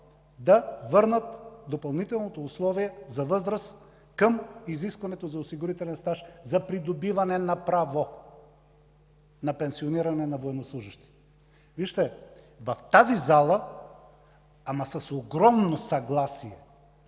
да върнат допълнителното условие за възраст към изискването за осигурителен стаж за придобиване на право на пенсиониране на военнослужещи. Вижте, в тази зала, ама с огромно съгласие,